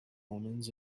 omens